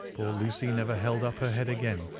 poor lucy never held up her head again,